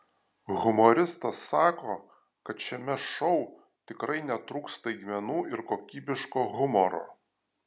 humoristas sako kad šiame šou tikrai netrūks staigmenų ir kokybiško humoro